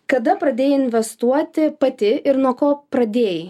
kada pradėjai investuoti pati ir nuo ko pradėjai